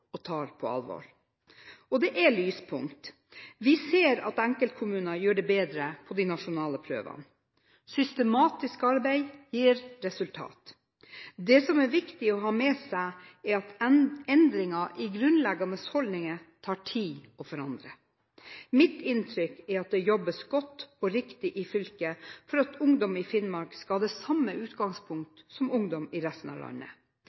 og tar på alvor. Det er lyspunkter. Vi ser at enkeltkommuner gjør det bedre på de nasjonale prøvene. Systematisk arbeid gir resultater. Det som er viktig å ha med seg, er at endringer i grunnleggende holdninger tar tid. Mitt inntrykk er at det jobbes godt og riktig i fylket for at ungdom i Finnmark skal ha det samme utgangspunktet som ungdom i resten av landet.